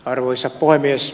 arvoisa puhemies